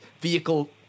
vehicle